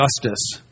justice